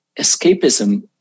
escapism